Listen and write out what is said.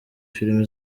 film